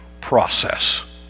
process